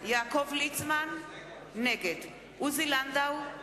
יעקב ליצמן, נגד עוזי לנדאו,